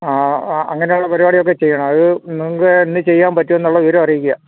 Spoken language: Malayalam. ആ ആ അങ്ങനെയുള്ള പരിപാടിയൊക്കെ ചെയ്യണം അത് നിങ്ങള്ക്ക് എന്ന് ചെയ്യാൻ പറ്റുമെന്നുള്ള വിവരം അറിയിക്കുക